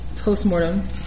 post-mortem